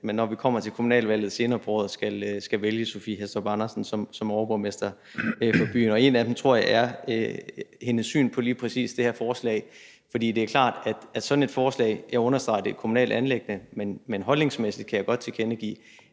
på året kommer til kommunalvalget, skal vælge Sophie Hæstorp Andersen som overborgmester for byen. En af dem er hendes syn på lige præcis det her forslag. Jeg vil understrege, at det er et kommunalt anliggende, men holdningsmæssigt kan jeg godt tilkendegive,